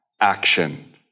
action